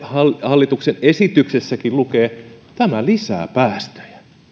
hallituksen esityksessäkin lukee että tämä lisää päästöjä